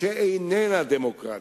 שאיננה דמוקרטית,